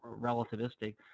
relativistic